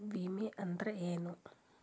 ವಿಮೆ ಅಂದ್ರೆ ಏನ?